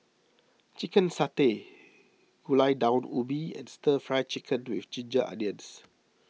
Chicken Satay Gulai Daun Ubi and Stir Fry Chicken with Ginger Onions